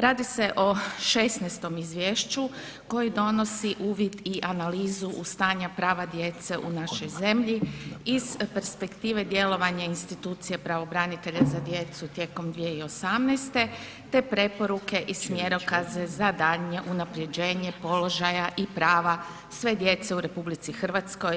Radi se o 16.-tom izvješću koji donosi uvid i analizu u stanja prava djece u našoj zemlji iz perspektive djelovanja institucija pravobranitelja za djecu tijekom 2018. te preporuke i smjerokaze za daljnje unapređenje položaja i prava sve djece u RH